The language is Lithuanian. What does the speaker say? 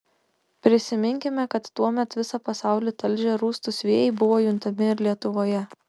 prisiminkime kad tuomet visą pasaulį talžę rūstūs vėjai buvo juntami ir lietuvoje